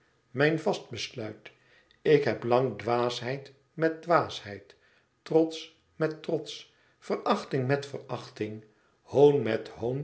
mijn vast besluit ik heb lang dwaasheid met dwaasheid trots met trots verachting met verachting hoon met